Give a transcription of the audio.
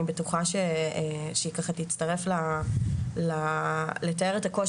אני בטוחה שהיא ככה תצטרף לתאר את הקושי